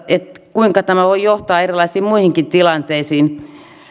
kuinka tämä voi johtaa erilaisiin muihinkin tilanteisiin